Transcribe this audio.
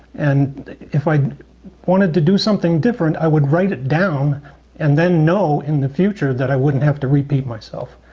and if i wanted to do something different i would write it down and then know in the future that i wouldn't have to repeat myself.